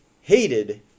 hated